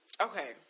Okay